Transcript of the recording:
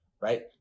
right